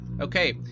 Okay